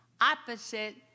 opposite